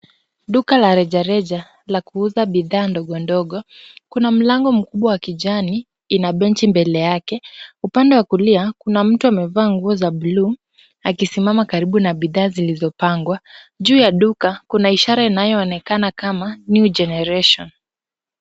Duka la rejareja la kuuza bidhaa ndogondogo, kuna mlango mkubwa wa kijani ina benchi mbele yake. Upande wa kulia kuna mtu amevaa nguo za buluu akisimama karibu na bidhaa zilizopangwa. Juu ya duka kuna ishara inayoonekana kama New Generation .